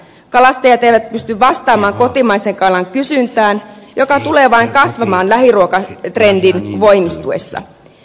kalastajat eivät pysty vastaamaan kotimaisen kalan kysyntään joka tulee vain kasvamaan lähiruokatrendin voimistuessa